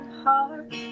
heart